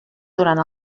durant